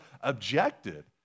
objected